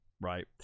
right